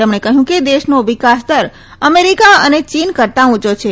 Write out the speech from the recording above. તેમણે કહ્યું કે દેશનો વિકાસદર અમેરિકા અને ચીન કરતા ઉંચો છે